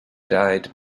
died